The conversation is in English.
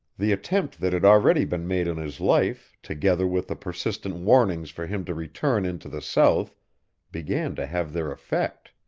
the attempt that had already been made on his life together with the persistent warnings for him to return into the south began to have their effect.